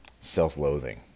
self-loathing